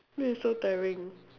this is so tiring